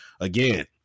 Again